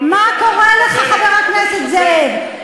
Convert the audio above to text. מה קורה לך, חבר הכנסת זאב?